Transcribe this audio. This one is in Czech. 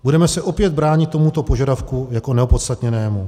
Budeme se opět bránit tomuto požadavku jako neopodstatněnému.